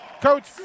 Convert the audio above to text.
Coach